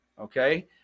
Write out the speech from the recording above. okay